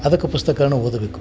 ಅದಕ್ಕೆ ಪುಸ್ತಕಗಳ್ನ ಓದಬೇಕು